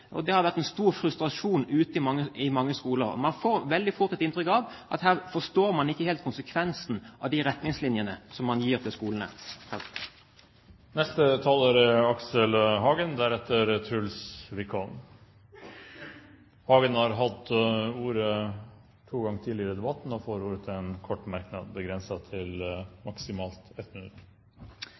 Det har vært stor frustrasjon ute blant mange skoler. Man får veldig fort et inntrykk av at her forstår man ikke helt konsekvensen av de retningslinjer man gir til skolene. Aksel Hagen har hatt ordet to ganger og får ordet til en kort merknad, begrenset til 1 minutt.